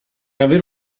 avere